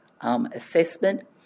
assessment